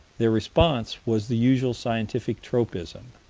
their response was the usual scientific tropism